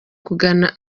kugana